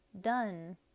done